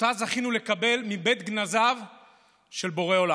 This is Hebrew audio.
שאותה זכינו לקבל מבית גנזיו של בורא עולם.